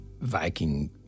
Viking